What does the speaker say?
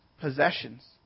possessions